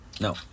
No